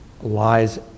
lies